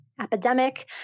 epidemic